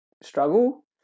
struggle